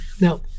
Now